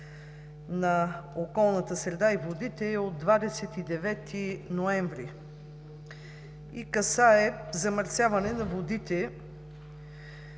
на околната среда и водите, е от 29 ноември и касае замърсяване на водата